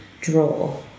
draw